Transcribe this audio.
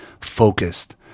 focused